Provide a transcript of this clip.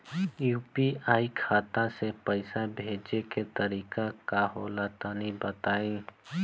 UPI खाता से पइसा भेजे के तरीका का होला तनि बताईं?